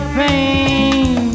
pain